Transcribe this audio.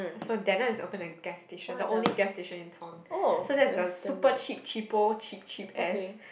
so Danna is open in the gas station the only gas station in town so that is the super cheap cheapo cheap cheap ass